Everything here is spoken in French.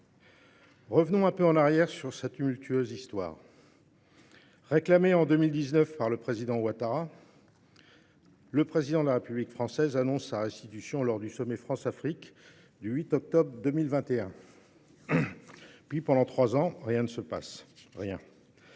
Revenons un peu en arrière sur cette humultueuse histoire. Réclamé en 2019 par le président Ouattara, le président de la République française annonce sa restitution lors du sommet France-Afrique du 8 octobre 2021. Puis pendant trois ans, rien ne se passe, rien.